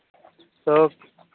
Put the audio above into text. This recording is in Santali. ᱛᱚ